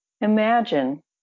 imagine